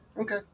Okay